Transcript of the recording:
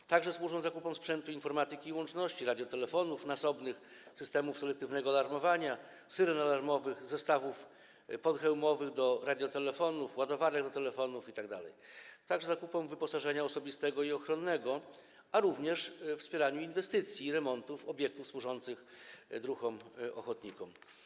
Są także przeznaczane na zakup sprzętu informatyki i łączności: radiotelefonów nasobnych, systemów selektywnego alarmowania, syren alarmowych, zestawów podhełmowych do radiotelefonów, ładowarek do telefonów itd., a także na zakup wyposażenia osobistego i ochronnego, a również wspieraniu inwestycji i remontów obiektów służących druhom ochotnikom.